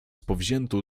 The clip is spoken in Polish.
powziętą